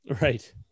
Right